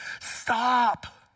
Stop